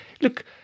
Look